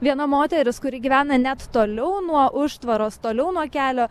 viena moteris kuri gyvena net toliau nuo užtvaros toliau nuo kelio